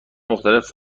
مختلف